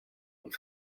und